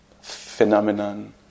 phenomenon